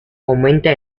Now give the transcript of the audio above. aumenta